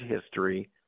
history